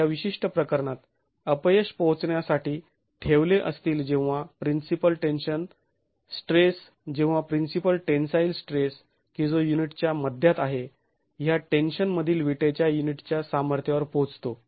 म्हणून या विशिष्ट प्रकरणात अपयश पोहोचण्यासाठी ठेवले असतील जेव्हा प्रिन्सिपल टेन्शन स्ट्रेस जेव्हा प्रिन्सिपल टेन्साईल स्ट्रेस की जो युनिटच्या मध्यात आहे ह्या टेन्शन मधील विटेच्या युनिटच्या सामर्थ्यावर पोहोचतो